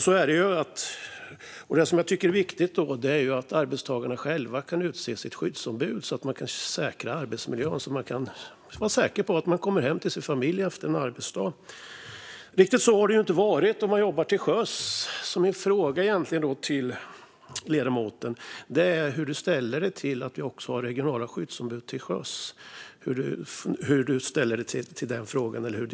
Då tycker jag att det är viktigt att arbetstagarna själva kan utse sitt skyddsombud, så att man kan säkra arbetsmiljön och vara säker på att man kommer hem till sin familj efter en arbetsdag. Riktigt så har det inte varit när man jobbat till sjöss. Min fråga till ledamoten är: Hur ställer du dig till att vi också har regionala skyddsombud till sjöss? Hur ställer sig ditt parti till det?